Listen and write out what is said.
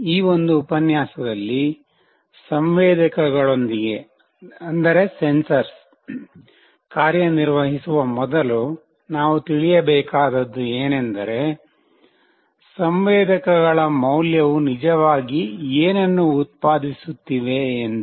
ಈ ಒಂದು ಉಪನ್ಯಾಸದಲ್ಲಿ ಸಂವೇದಕಗಳೊಂದಿಗೆ ಕಾರ್ಯ ನಿರ್ವಹಿಸುವ ಮೊದಲು ನಾವು ತಿಳಿಯಬೇಕಾದದ್ದು ಏನೆಂದರೆ ಸಂವೇದಕಗಳ ಮೌಲ್ಯವು ನಿಜವಾಗಿ ಏನನ್ನು ಉತ್ಪಾದಿಸುತ್ತಿವೆ ಎಂದು